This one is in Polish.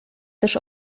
też